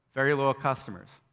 very loyal customers.